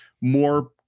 More